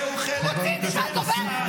זהו חלק מג'נוסייד.